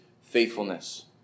faithfulness